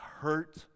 hurt